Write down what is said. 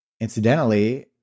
incidentally